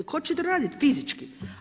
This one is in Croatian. Tko će to raditi fizički?